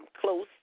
close